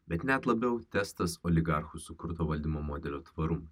bet net labiau testas oligarchų sukurto valdymo modelio tvarų